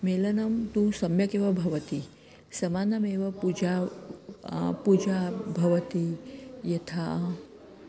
मेलनं तु सम्यगेव भवति समानमेव पूजा पूजा भवति यथा